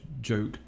joke